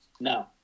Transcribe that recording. No